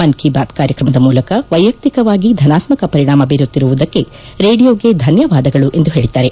ಮನ್ ಕಿ ಬಾತ್ ಕಾರ್ಯಕ್ರಮದ ಮೂಲಕ ವೈಯಕ್ತಿಕವಾಗಿ ಧನಾತ್ಮಕ ಪರಿಣಾಮ ಬೀರುತ್ತಿರುವುದಕ್ಕೆ ರೇಡಿಯೋಗೆ ಧನ್ನವಾದಗಳು ಎಂದು ಹೇಳಿದ್ದಾರೆ